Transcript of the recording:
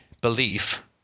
belief